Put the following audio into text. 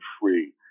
free